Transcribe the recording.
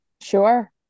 Sure